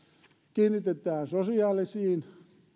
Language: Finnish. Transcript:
kiinnittää sosiaalisiin